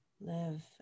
live